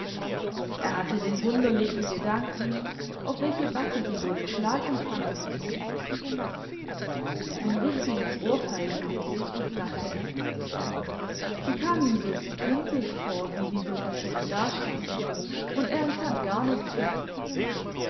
er hatte den wunderlichen gedanken auf welche backe sie wohl den schlag empfangen hätte ein richtiges ohrfeigengesicht dachte er sie kam ihm so tumpig vor wie sie so verschämt dastand und er empfand gar nichts für sie